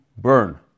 Burn